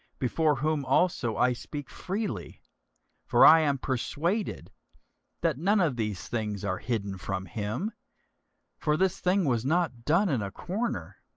before whom also i speak freely for i am persuaded that none of these things are hidden from him for this thing was not done in a corner.